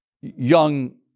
young